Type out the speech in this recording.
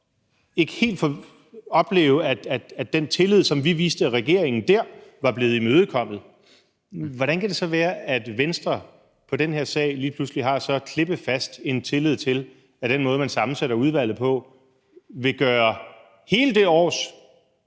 ikke helt at opleve, at den tillid, som vi viste regeringen dér, var blevet imødekommet. Hvordan kan det så være, at Venstre på den her sag lige pludselig har så klippefast en tillid til, at den måde, man sammensætter udvalget på, vil gøre hele det års